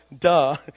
duh